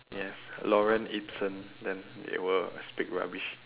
yes lorem ipsum then it will speak rubbish